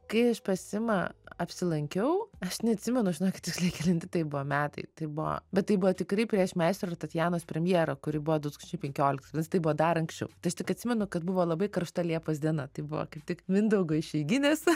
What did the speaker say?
kai aš pas simą apsilankiau aš neatsimenu žinokit tiksliai kelinti tai buvo metai tai buvo bet tai buvo tikrai prieš meistro ir tatjanos premjerą kuri buvo du tūkstančiai penkioliktais vadinasi tai buvo dar anksčiau tai aš tik atsimenu kad buvo labai karšta liepos diena tai buvo tik mindaugo išeiginės